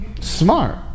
smart